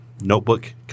notebook